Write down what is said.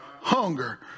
hunger